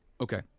Okay